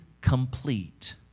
complete